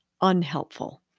unhelpful